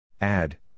Add